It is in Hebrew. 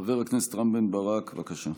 חבר הכנסת רם בן ברק, בבקשה.